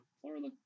Florida